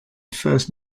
first